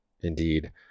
Indeed